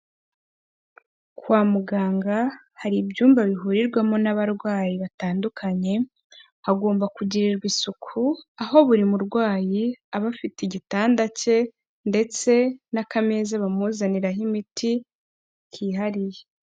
Kwa muganga hari ibyumba bihurirwamo n'abarwayi batandukanye, hagomba kugirirwa isuku, aho buri murwayi aba afite igitanda cye, ndetse n'akameza bamuzaniraho imiti kihariye.